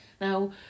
Now